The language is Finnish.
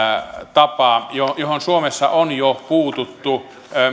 tapa johon johon suomessa on jo puututtu